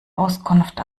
auskunft